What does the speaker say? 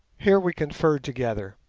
here we conferred together,